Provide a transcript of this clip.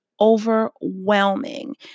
overwhelming